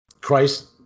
Christ